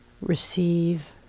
receive